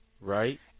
Right